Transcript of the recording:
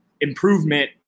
improvement